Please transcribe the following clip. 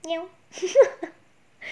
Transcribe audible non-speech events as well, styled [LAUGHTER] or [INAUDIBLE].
[LAUGHS] so ya